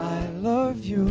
i love you